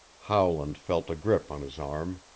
howland felt a grip on his arm.